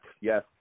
Yes